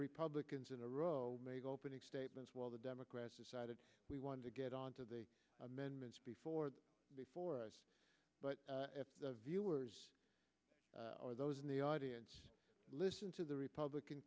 republicans in a row make opening statements while the democrats decided we wanted to get on to the amendments before before but viewers or those in the audience listen to the republican